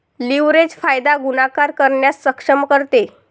leverage फायदा गुणाकार करण्यास सक्षम करते